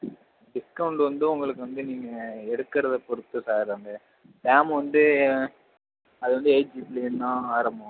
discount வந்து உங்களுக்கு வந்து நீங்கள் எடுக்கிறது பொறுத்து சார் அந்த ரேம் வந்து அது வந்து எய்ட் ஜிபிலேருந்து தான் ஆரம்பம்